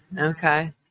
Okay